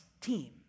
team